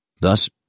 Thus